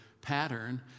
pattern